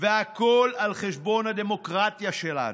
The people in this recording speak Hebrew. והכול על חשבון הדמוקרטיה שלנו.